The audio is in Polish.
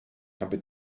aby